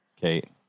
Kate